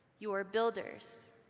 you are builders,